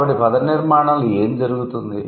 కాబట్టి పద నిర్మాణంలో ఏమి జరుగుతుంది